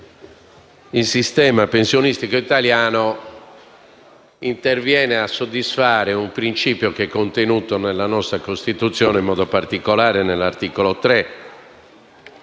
il sistema pensionistico italiano interviene a soddisfare un principio contenuto nella nostra Costituzione, in modo particolare nell'articolo 3,